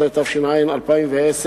119), התש"ע 2010,